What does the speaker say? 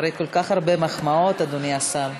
אחרי כל כך הרבה מחמאות, אדוני השר.